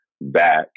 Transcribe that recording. back